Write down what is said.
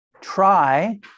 try